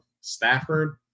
Stafford